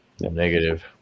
Negative